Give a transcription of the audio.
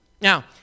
Now